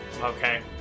okay